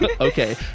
Okay